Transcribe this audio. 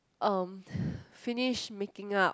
um finish making up